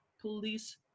police